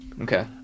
Okay